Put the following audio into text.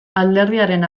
alderdiaren